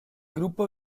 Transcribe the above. gruppo